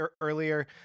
earlier